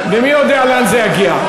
ומי יודע לאן זה יגיע.